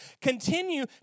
continue